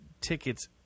tickets